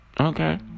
Okay